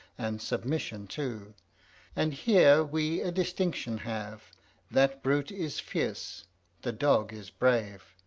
and submission too and here we a distinction have that brute is fierce the dog is brave.